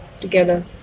together